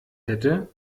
hätte